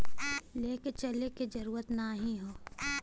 लेके चले क जरूरत नाहीं हौ